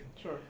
sure